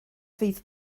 fydd